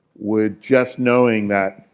would just knowing that,